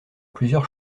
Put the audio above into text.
plusieurs